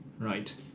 right